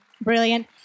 Brilliant